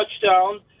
touchdown